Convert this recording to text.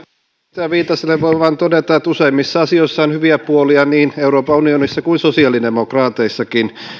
viitaselle voin vain todeta että useimmissa asioissa on hyviä puolia niin euroopan unionissa kuin sosiaalidemokraateissakin